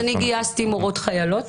אני גייסתי מורות חיילות